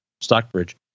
stockbridge